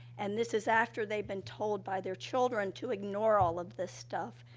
and this is after they've been told by their children to ignore all of this stuff.